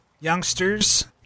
youngsters